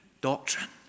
doctrine